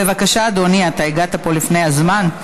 בבקשה, אדוני, אתה הגעת לפה לפני הזמן.